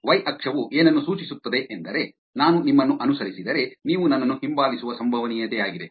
Y ಅಕ್ಷವು ಏನನ್ನು ಸೂಚಿಸುತ್ತದೆ ಎಂದರೆ ನಾನು ನಿಮ್ಮನ್ನು ಅನುಸರಿಸಿದರೆ ನೀವು ನನ್ನನ್ನು ಹಿಂಬಾಲಿಸುವ ಸಂಭವನೀಯತೆಯಾಗಿದೆ